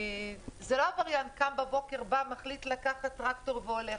זה לא עבריין קם בבוקר, מחליט לקחת טרקטור והולך.